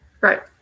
right